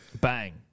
Bang